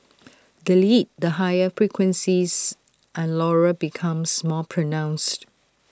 delete the higher frequencies and Laurel becomes more pronounced